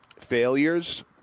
failures